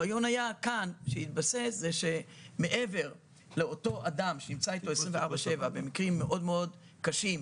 הרעיון היה כאן שמעבר לאותו אדם שנמצא אתו 24/7 במקרים מאוד מאוד קשים,